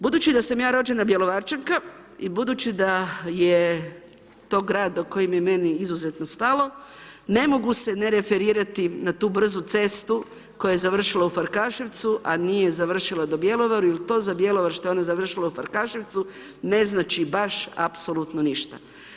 Budući da sam ja rođena Bjelovarčanka i budući da je to grad do kojeg je meni izuzetno stalo ne mogu se ne referirati na tu brzu cestu koja je završila u Farkaševcu a nije završila u Bjelovaru jer to za Bjelovar što je ona završila u Farkaševcu ne znači baš apsolutno ništa.